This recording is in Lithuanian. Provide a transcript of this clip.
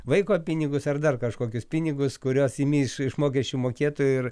vaiko pinigus ar dar kažkokius pinigus kuriuos imi iš iš mokesčių mokėtojų ir